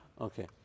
Okay